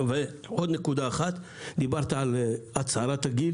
דיברת על הצערת הגיל